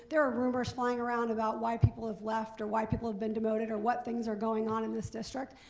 there are rumors flying around about why people have left, or why people have been demoted, or what things are going on in this district,